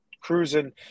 cruising